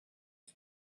his